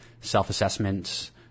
self-assessments